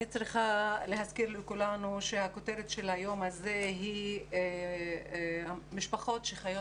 אני צריכה להזכיר לכולנו שהכותרת של היום הזה היא משפחות שחיות